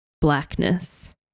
Blackness